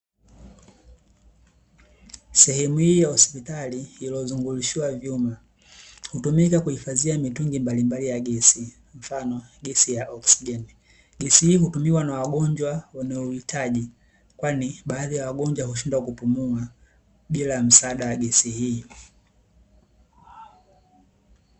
Sehemu hii ya hospitali iliyozungushiwa vyuma, hutumika kuhifadhia mitungi mbalimbali ya gesi, mfano gesi ya oksijeni. Gesi hii hutumiwa na wagonjwa wenye uhitaji, kwani baadhi ya wagonjwa hushindwa kupumua bila msaada wa gesi hii.